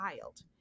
child